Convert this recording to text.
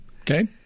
Okay